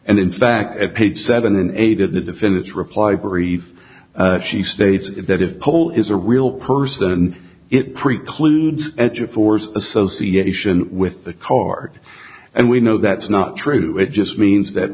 and in fact at page seven eight of the defendants reply brief she states that if poll is a real person and it precludes edge of force association with the card and we know that's not true it just means that